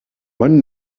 one